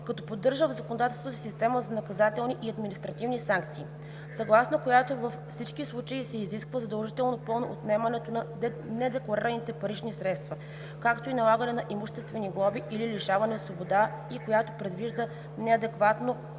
като поддържа в законодателството си система за наказателни и административни санкции, съгласно която във всички случаи се изисква задължително пълно отнемане на недекларираните парични средства, както и налагане на имуществени глоби или лишаване от свобода, и която предвижда неадекватно